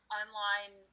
online